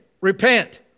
Repent